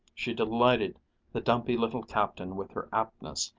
she delighted the dumpy little captain with her aptness,